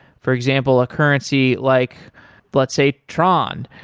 for example, a currency like let's say tron,